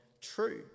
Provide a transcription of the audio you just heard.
true